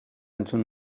entzun